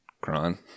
Kron